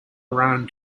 around